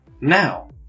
now